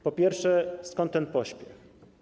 Po pierwsze, skąd ten pośpiech?